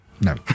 No